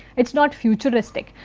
it is not futuristic.